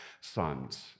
sons